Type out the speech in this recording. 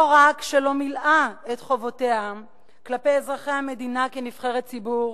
היא לא רק לא מילאה את חובותיה כלפי אזרחי המדינה כנבחרת ציבור,